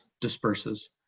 disperses